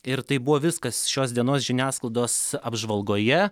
ir tai buvo viskas šios dienos žiniasklaidos apžvalgoje